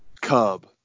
Cub